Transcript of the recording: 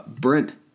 Brent